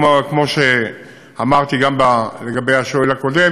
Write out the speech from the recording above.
כמו שאמרתי גם לשואל הקודם,